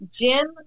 Jim